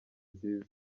nziza